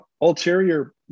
ulterior